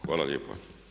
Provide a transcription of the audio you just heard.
Hvala lijepa.